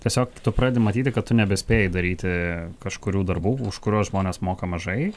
tiesiog tu pradedi matyti kad tu nebespėji daryti kažkurių darbų už kuriuos žmonės moka mažai